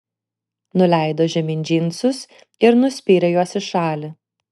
nuleido žemyn džinsus ir nuspyrė juos į šalį